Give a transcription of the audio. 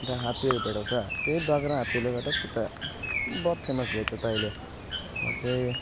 र हात्तीहरू भेटाउँछ त्यही बाघ र हात्तीले गर्दा त्यता बहुत फेमस भयो त्यो त अहिले अझै